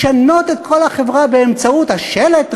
לשנות את כל החברה באמצעות שלט הרחוב,